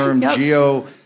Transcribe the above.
geo